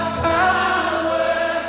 power